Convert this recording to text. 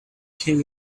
came